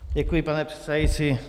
Děkuji, pane předsedající.